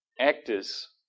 actors